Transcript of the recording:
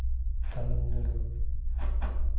Tamil Nadu